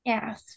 Yes